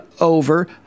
over